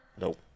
Nope